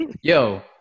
Yo